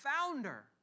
founder